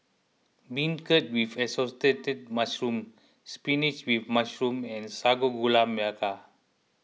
Beancurd with Assorted Mushrooms Spinach with Mushroom and Sago Gula Melaka